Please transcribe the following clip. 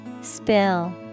Spill